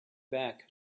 back